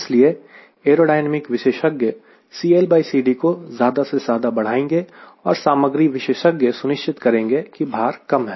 इसलिए एयरोडायनेमिक विशेषज्ञCLCDको ज्यादा से ज्यादा बढ़ाएंगे और सामग्री विशेषज्ञ सुनिश्चित करेंगे कि भार कम है